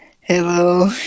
Hello